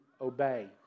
obey